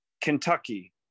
kentucky